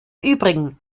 übrigen